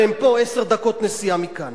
והם פה, עשר דקות נסיעה מכאן.